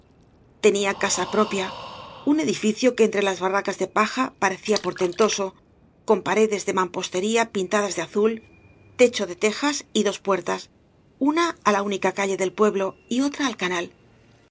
tenía casa propia un edificio que entre las barracas de paja parecía portentoso con paredes de mampostería pintadas de azul techo de tejas y dos puertas una á la única calle del pueblo y otra al canal